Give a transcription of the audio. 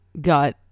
got